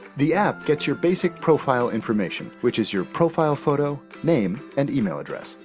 the app gets your basic profile information, which is your profile photo, name, and email address.